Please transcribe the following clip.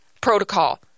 protocol